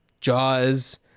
Jaws